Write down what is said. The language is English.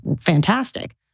fantastic